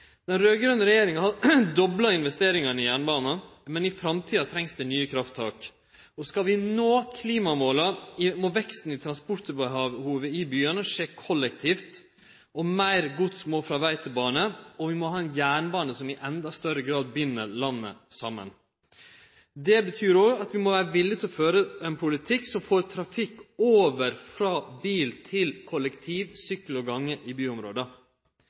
Den raud-grøne regjeringa har dobla investeringane i jernbanen, men i framtida trengst det nye krafttak. Skal vi nå klimamåla, må veksten i transportbehovet i byane skje innan kollektivtransport. Meir gods må frå veg til bane, og vi må ha ein jernbane som i endå større grad bind landet saman. Det betyr òg at vi må vere villige til å føre ein politikk som får trafikken i byområda over frå bil til «kollektivtransport, sykkel og gange».